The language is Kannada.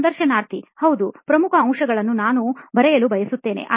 ಸಂದರ್ಶನಾರ್ಥಿ ಹೌದುಪ್ರಮುಖ ಅಂಶಗಳನ್ನೂ ನಾನು ಬರೆಯಲು ಬಯಸುತ್ತೇನೆ